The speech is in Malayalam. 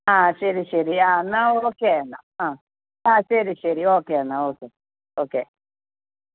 ആ ശരി ശരി ആ എന്നാൽ ഓക്കെ എന്നാൽ ആ ആ ശരി ശരി ഓക്കെ എന്നാൽ ഓക്കെ ഓക്കെ